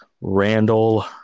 Randall